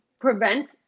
prevent